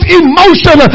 emotion